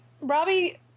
robbie